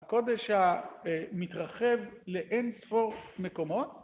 הקודש המתרחב לאין ספור מקומות